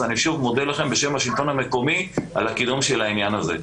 אז אני שוב מודה לכם בשם השלטון המקומי על הקידום של העניין הזה.